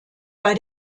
bei